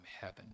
heaven